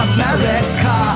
America